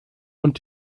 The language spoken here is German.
und